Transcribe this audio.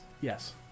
Yes